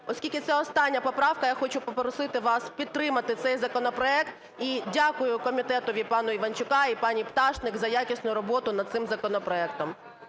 Оскільки це остання поправка, я хочу попросити вас підтримати цей законопроект. І дякую комітетові пана Іванчука і пані Пташник за якісну роботу над цим законопроектом.